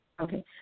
Okay